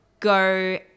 Go